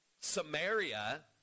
Samaria